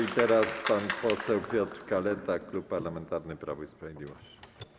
I teraz pan poseł Piotr Kaleta, Klub Parlamentarny Prawo i Sprawiedliwość.